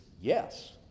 yes